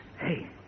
Hey